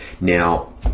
Now